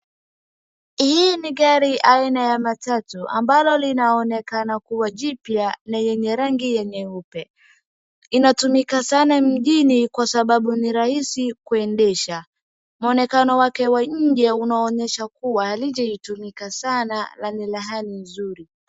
Hii ni gari aina ya matatu ambayo linaonekana kuwa jipya na yenye rangi nyeupe. Inatumika sana mjini kwa sababu ni rahisi kuendesha. mwonekano wake wa nje unaonyesha kuwa halijatumika sana na ni la hali nzuri.